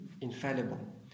infallible